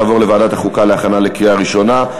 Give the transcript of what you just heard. ההצעה תעבור לוועדת החוקה להכנה לקריאה ראשונה.